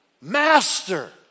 Master